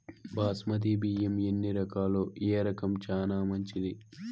బాస్మతి బియ్యం ఎన్ని రకాలు, ఏ రకం చానా మంచిది?